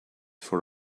for